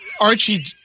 Archie